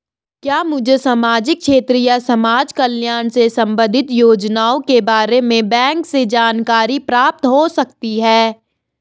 क्या मुझे सामाजिक क्षेत्र या समाजकल्याण से संबंधित योजनाओं के बारे में बैंक से जानकारी प्राप्त हो सकती है?